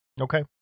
Okay